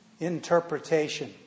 Interpretation